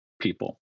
people